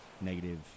negative